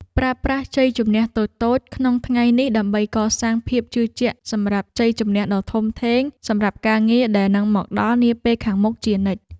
ប្រើប្រាស់ជ័យជម្នះតូចៗក្នុងថ្ងៃនេះដើម្បីកសាងភាពជឿជាក់សម្រាប់ជ័យជម្នះដ៏ធំធេងសម្រាប់ការងារដែលនឹងមកដល់នាពេលខាងមុខជានិច្ច។